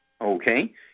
Okay